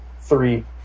three